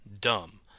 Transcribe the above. dumb